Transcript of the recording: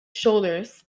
shoulders